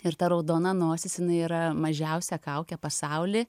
ir ta raudona nosis jinai yra mažiausia kaukė pasauly